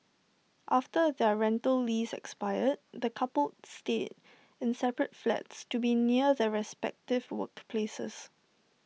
after their rental lease expired the coupled stayed in separate flats to be near their respective workplaces